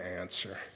answer